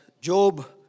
Job